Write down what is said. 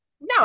No